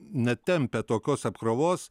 netempia tokios apkrovos